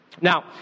Now